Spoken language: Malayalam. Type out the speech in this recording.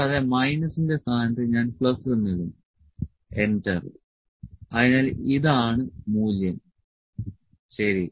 കൂടാതെ മൈനസിന്റെ സ്ഥാനത്ത് ഞാൻ പ്ലസ് എന്ന് ഇടും എന്റർ അതിനാൽ ഇതാണ് മൂല്യം ശരി